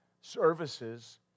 services